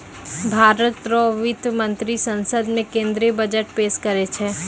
भारत रो वित्त मंत्री संसद मे केंद्रीय बजट पेस करै छै